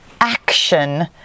action